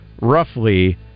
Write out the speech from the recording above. roughly